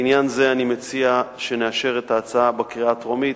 בעניין זה אני מציע שנאשר את ההצעה בקריאה הטרומית,